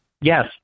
Yes